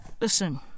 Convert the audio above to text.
listen